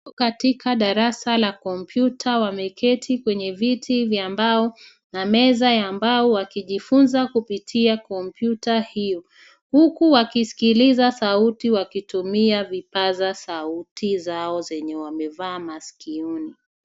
Katika darasa la kompyuta wameketi kwenye viti vya mbao na meza ya mbao walijifunza kupitia kompyuta hio huku wakiskiliza sauti wakitumia vipaza sauti zao zenye wamevaa masikioni.